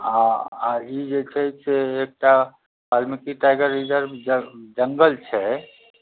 आओर ई जे छै से एकटा वाल्मीकि टाइगर रिजर्व ज जंगल छै